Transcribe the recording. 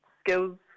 skills